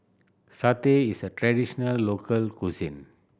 satay is a traditional local cuisine